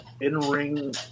in-ring